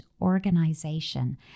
organization